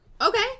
Okay